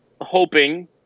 hoping